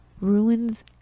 ruins